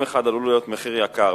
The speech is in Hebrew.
יום אחד עלול להיות מחיר יקר.